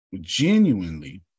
genuinely